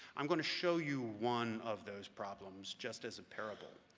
i'm going to show you one of those problems just as a parable.